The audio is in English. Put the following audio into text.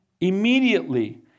immediately